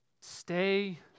stay